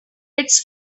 its